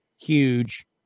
huge